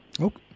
Okay